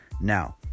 Now